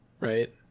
right